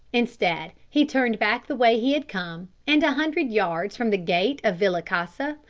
instead, he turned back the way he had come and a hundred yards from the gate of villa casa,